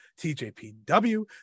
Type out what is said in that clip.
TJPW